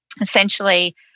essentially